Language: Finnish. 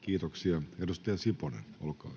[Speech 316] Speaker: